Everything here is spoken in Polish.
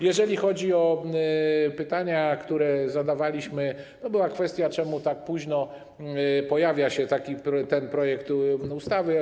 Jeżeli chodzi o pytania, które zadawaliśmy, była kwestia, dlaczego tak późno pojawia się ten projekt ustawy.